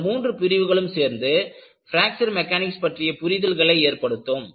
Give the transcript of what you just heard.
இந்த மூன்று பிரிவுகளும் சேர்ந்து பிராக்சர் மெக்கானிக்ஸ் பற்றிய புரிதல்களை ஏற்படுத்தும்